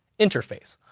interface.